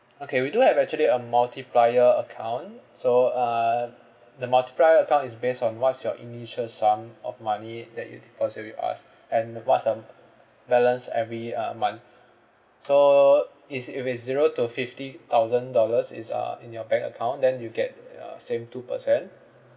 okay we do have actually a multiplier account so uh the multiplier account is based on what's your initial sum of money that you deposit with us and uh what's um balance every uh month so is if it's zero to fifty thousand dollars is uh in your bank account then you get uh same two percent